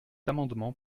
amendement